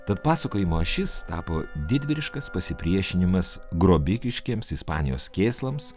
tad pasakojimo ašis tapo didvyriškas pasipriešinimas grobikiškiems ispanijos kėslams